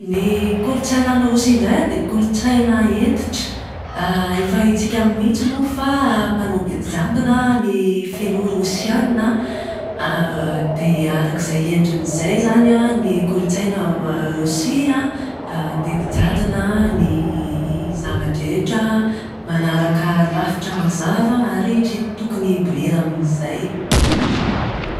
Ny kolotsaina any Rosia indray an dia kolotsaina hentitra. Efa haintsika mihitsy moa fa mpanao didy jadona ny filoha Rosiana. dia arak'izay endriny izay izany an ny kolotsaina ao Rosia an. didy jadona ny zava-drehetra, manaraka rafitra mazava ary tsy tokony hibolila amin'izay.